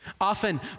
Often